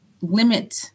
limit